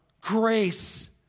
grace